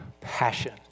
passion